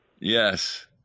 Yes